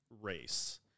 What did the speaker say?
race